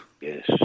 Yes